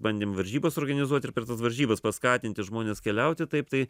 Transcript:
bandėm varžybas organizuot ir per varžybas paskatinti žmones keliauti taip tai